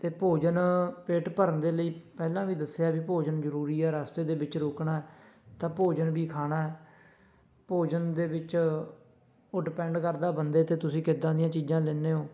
ਅਤੇ ਭੋਜਨ ਪੇਟ ਭਰਨ ਦੇ ਲਈ ਪਹਿਲਾਂ ਵੀ ਦੱਸਿਆ ਵੀ ਭੋਜਨ ਜ਼ਰੂਰੀ ਹੈ ਰਸਤੇ ਦੇ ਵਿੱਚ ਰੁਕਣਾ ਤਾਂ ਭੋਜਨ ਵੀ ਖਾਣਾ ਹੈ ਭੋਜਨ ਦੇ ਵਿੱਚ ਉਹ ਡਿਪੈਂਡ ਕਰਦਾ ਬੰਦੇ 'ਤੇ ਤੁਸੀਂ ਕਿੱਦਾਂ ਦੀਆਂ ਚੀਜ਼ਾਂ ਲੈਂਦੇ ਹੋ